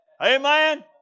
Amen